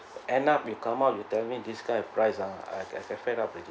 end up you come up you tell me this kind of price ah I've I've fed up already